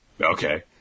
Okay